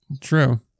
True